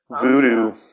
voodoo